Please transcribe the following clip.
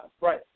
Right